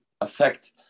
affect